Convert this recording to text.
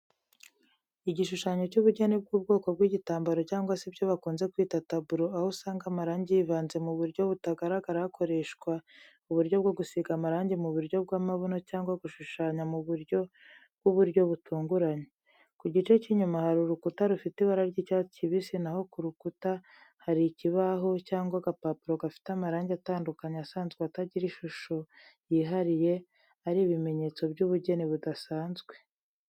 Igishushanyo cy'ubugeni bw'ubwoko bw'igitambaro cyangwa se ibyo bakunze kwita taburo, aho usanga amarangi yivanze mu buryo butagaragara hakoreshwa uburyo bwo gusiga amarangi mu buryo bw'amabuno cyangwa gushushanya mu buryo bw'uburyo butunguranye. Ku gice cy'inyuma hari urukuta rufite ibara ry'icyatsi kibisi naho ku rukuta hari ikibaho cyangwa agapapuro gafite amarangi atandukanye asanzwe atagira ishusho yihariye, ari ibimenyetso by'ubugeni budasanzwe.